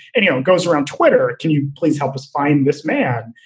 and you know, goes around twitter. can you please help us find this man?